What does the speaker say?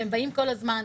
והם באים כל הזמן,